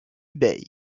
bay